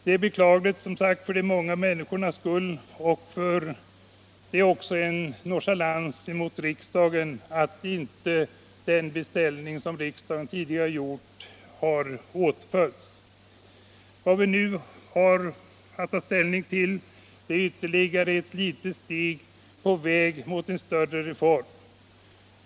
Det är beklagligt för de många människornas skull och det är också en nonchalans mot riksdagen. Vad vi nu haft att ta ställning till är små steg på vägen mot en större reform.